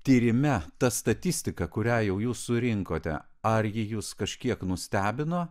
tyrime ta statistika kurią jau jūs surinkote ar ji jus kažkiek nustebino